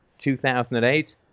2008